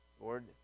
Lord